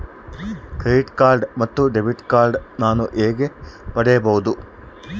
Credit card ಮತ್ತು debit card ನಾನು ಹೇಗೆ ಪಡೆಯಬಹುದು?